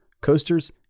coasters